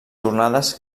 jornades